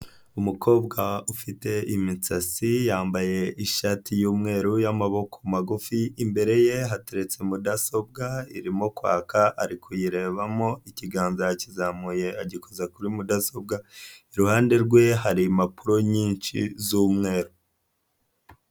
Umukobwa ufite imisatsi yambaye ishati y'umweru ya'amaboko magufi imbere ye hateretse mudasobwa irimo kwaka, ari kuyirebamo ikiganza yakizamuye agikoza kuri mudasobwa, iruhande rwe hari impapuro nyinshi z'umweru.